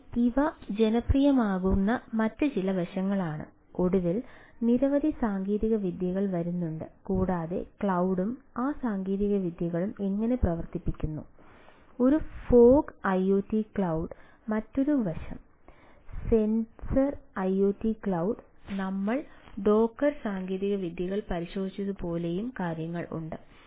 അതിനാൽ ഇവ ജനപ്രിയമാകുന്ന മറ്റ് ചില വശങ്ങളാണ് ഒടുവിൽ നിരവധി സാങ്കേതികവിദ്യകൾ വരുന്നുണ്ട് കൂടാതെ ക്ലൌഡ്ഡും ആ സാങ്കേതികവിദ്യകളും എങ്ങനെ പ്രവർത്തിക്കുന്നു ഒന്ന് ഫോഗ് ഐഒടി ക്ലൌഡ് നമ്മൾ ഡോക്കർ സാങ്കേതികവിദ്യകൾ പരിശോധിച്ചതുപോലെയും കാര്യങ്ങൾ ഉണ്ട്